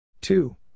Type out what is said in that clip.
Two